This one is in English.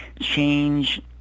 change